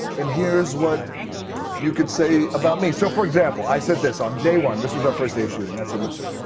and here's what you could say about me. so, for example, i said this on day one. this was our first day of shooting. i said, listen.